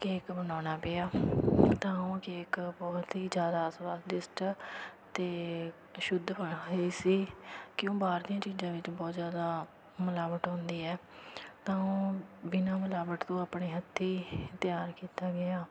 cake ਬਣਾਉਣਾ ਪਿਆ ਤਾਂ ਉਹ ਕੇਕ ਬਹੁਤ ਹੀ ਜ਼ਿਆਦਾ ਸਵਾਦਿਸ਼ਟ ਅਤੇ ਸ਼ੁੱਧ ਹੋਣਾ ਹੀ ਸੀ ਕਿਉਂ ਬਾਹਰਲੀਆਂ ਚੀਜ਼ਾਂ ਵਿੱਚ ਬਹੁਤ ਜ਼ਿਆਦਾ ਮਿਲਾਵਟ ਹੁੰਦੀ ਹੈ ਤਾਂ ਓਹ ਬਿਨਾਂ ਮਿਲਾਵਟ ਤੋਂ ਆਪਣੇ ਹੱਥੀਂ ਤਿਆਰ ਕੀਤਾ ਗਿਆ